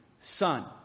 son